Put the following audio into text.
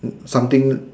something